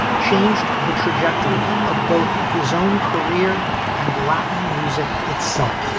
changed the trajectory of both his own career and latin music itself.